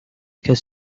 could